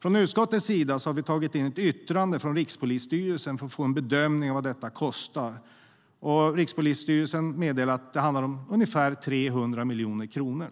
Från utskottets sida har vi tagit in ett yttrande från Rikspolisstyrelsen för att få en bedömning av vad detta kostar. Rikspolisstyrelsen meddelar att det handlar om ungefär 300 miljoner kronor